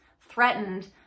threatened